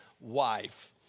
wife